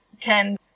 ten